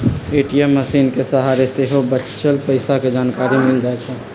ATM मशीनके सहारे सेहो बच्चल पइसा के जानकारी मिल जाइ छइ